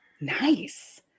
Nice